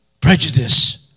Prejudice